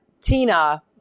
Tina